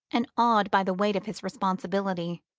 and awed by the weight of his responsibility.